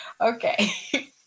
Okay